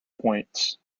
points